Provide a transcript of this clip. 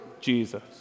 Jesus